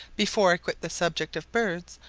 before i quit the subject of birds,